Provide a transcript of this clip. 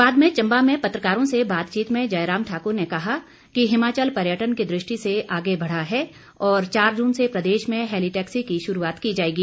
बाद में चंबा में पत्रकारों से बातचीत में जयराम ठाकुर ने कहा कि हिमाचल पर्यटन की दृष्टि से आगे बढ़ा है और चार जून से प्रदेश में हैलीटैक्सी की शुरूआत की जाएगी